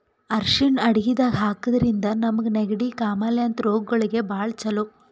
ಅರ್ಷಿಣ್ ಅಡಗಿದಾಗ್ ಹಾಕಿದ್ರಿಂದ ನಮ್ಗ್ ನೆಗಡಿ, ಕಾಮಾಲೆ ಅಂಥ ರೋಗಗಳಿಗ್ ಭಾಳ್ ಛಲೋ